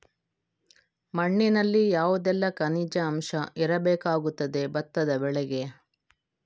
ಮಣ್ಣಿನಲ್ಲಿ ಯಾವುದೆಲ್ಲ ಖನಿಜ ಅಂಶ ಇರಬೇಕಾಗುತ್ತದೆ ಭತ್ತದ ಬೆಳೆಗೆ?